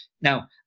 Now